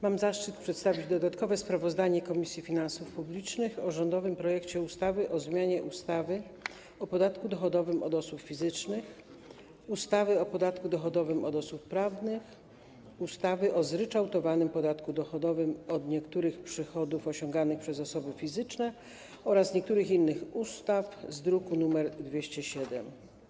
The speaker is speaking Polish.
Mam zaszczyt przedstawić dodatkowe sprawozdanie Komisji Finansów Publicznych o rządowym projekcie ustawy o zmianie ustawy o podatku dochodowym od osób fizycznych, ustawy o podatku dochodowym od osób prawnych, ustawy o zryczałtowanym podatku dochodowym od niektórych przychodów osiąganych przez osoby fizyczne oraz niektórych innych ustaw z druku nr 207.